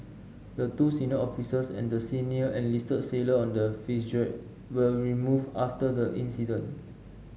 the two senior officers and the senior enlisted sailor on the Fitzgerald were removed after the incident